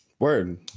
Word